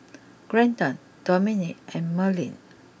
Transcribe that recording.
Glendon Domenic and Merlyn